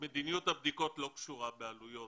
מדיניות הבדיקות לא קשורה בעלויות,